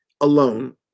alone